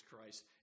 Christ